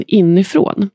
inifrån